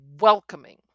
welcoming